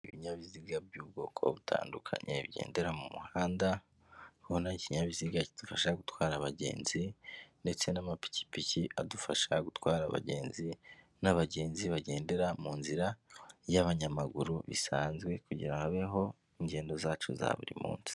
Ibinyabiziga by'ubwoko butandukanye bigendera mu muhanda ubona ikinyabiziga kidufasha gutwara abagenzi ndetse n'amapikipiki adufasha gutwara abagenzi n'abagenzi bagendera mu nzira y'abanyamaguru bisanzwe kugira habeho ingendo zacu za buri munsi.